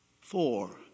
four